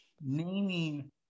naming